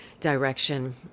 direction